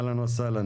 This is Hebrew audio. אהלן וסהלן,